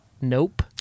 nope